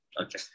Okay